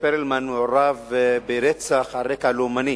פרלמן, מעורב ברצח על רקע לאומני.